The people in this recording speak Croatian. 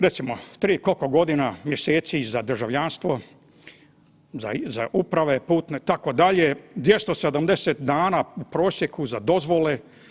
Recimo, tri koliko godina mjeseci za državljanstvo, za uprave putne itd. 270 dana u prosjeku za dozvole.